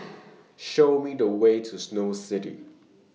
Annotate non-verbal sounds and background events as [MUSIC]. [NOISE] Show Me The Way to Snow City